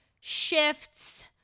shifts